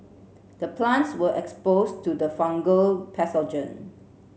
the plants were exposed to the fungal pathogen